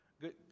good